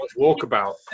walkabout